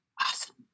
awesome